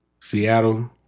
Seattle